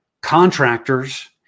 contractors